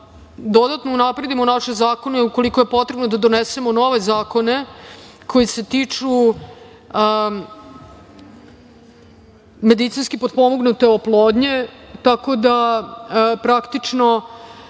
dodatno unapredimo naše zakone ukoliko je potrebno da donesemo nove zakone koji se tiču medicinski potpomognute oplodnje, tako da, praktično,